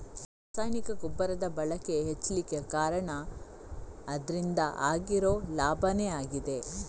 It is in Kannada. ರಾಸಾಯನಿಕ ಗೊಬ್ಬರದ ಬಳಕೆ ಹೆಚ್ಲಿಕ್ಕೆ ಕಾರಣ ಅದ್ರಿಂದ ಆಗ್ತಿರೋ ಲಾಭಾನೇ ಆಗಿದೆ